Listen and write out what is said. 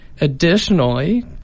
Additionally